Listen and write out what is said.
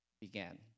began